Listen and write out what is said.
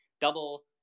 double